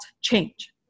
change